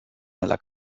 nella